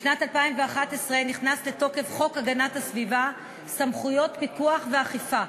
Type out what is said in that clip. בשנת 2011 נכנס לתוקף חוק הגנת הסביבה (סמכויות פיקוח ואכיפה),